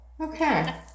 Okay